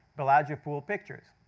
bellagio pool pictures.